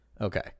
Okay